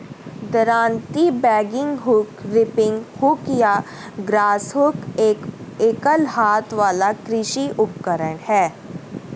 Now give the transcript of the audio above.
दरांती, bagging hook, reaping hook या grass hook एक एकल हाथ वाला कृषि उपकरण है